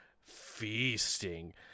feasting